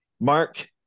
Mark